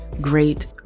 great